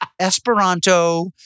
Esperanto